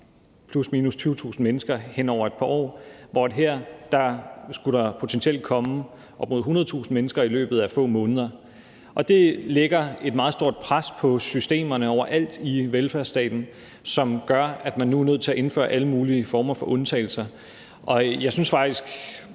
plus/minus 20.000 mennesker hen over et par år, mens der her potentielt skulle komme op mod 100.000 mennesker i løbet af få måneder, og det lægger et meget stort pres på systemerne overalt i velfærdsstaten, som gør, at man nu er nødt til at indføre alle mulige former for undtagelser. Jeg synes jo faktisk